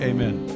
Amen